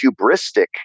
hubristic